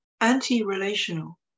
anti-relational